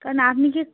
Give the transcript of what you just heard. কেন আপনি কি